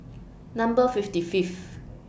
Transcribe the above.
Number fifty Fifth